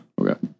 Okay